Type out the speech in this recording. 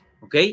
ok